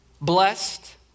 Blessed